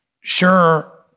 Sure